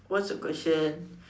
what's the question